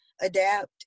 adapt